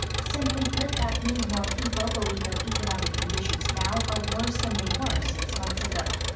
simply put, that means more people believe that economic conditions now are worse than they were six months ago.